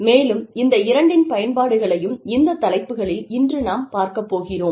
மேலும் இந்த இரண்டின் பயன்பாடுகளையும் இந்த தலைப்புகளில் இன்று நாம் பார்க்கப்போகிறோம்